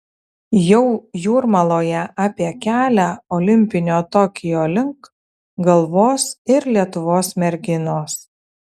jau jūrmaloje apie kelią olimpinio tokijo link galvos ir lietuvos merginos